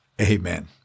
amen